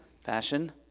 Fashion